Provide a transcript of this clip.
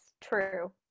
true